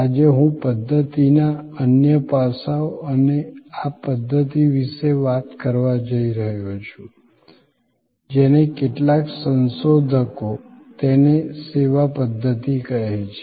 આજે હું પધ્ધતિના અન્ય પાસાઓ અને આ પધ્ધતિ વિશે વાત કરવા જઈ રહ્યો છું જેને કેટલાક સંશોધકો તેને સેવા પધ્ધતિ કહે છે